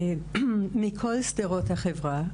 מכל שדרות החברה.